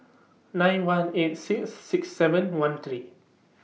nine one eight six six seven one three